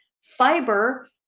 fiber